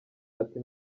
ati